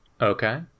okay